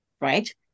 right